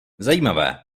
zajímavé